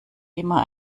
immer